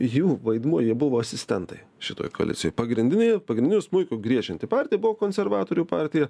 jų vaidmuo jie buvo asistentai šitoj koalicijoj pagrindinė pagrindiniu smuiku griežianti partija buvo konservatorių partija